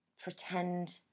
pretend